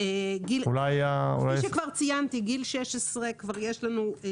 כפי שכבר ציינתי, גיל 16, כבר יש לנו.